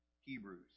Hebrews